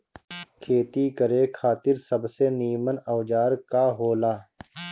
खेती करे खातिर सबसे नीमन औजार का हो ला?